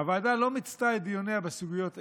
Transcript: הוועדה לא מיצתה את דיוניה בסוגיות אלו,